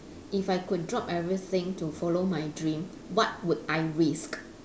if I could drop everything to follow my dream what would I risk